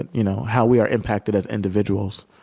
and you know how we are impacted as individuals